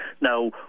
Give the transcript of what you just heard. Now